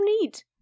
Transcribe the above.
need